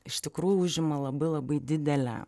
iš tikrųjų užima labai labai didelę